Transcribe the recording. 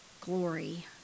glory